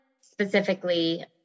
specifically